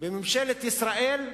בממשלת ישראל,